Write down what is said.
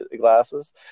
glasses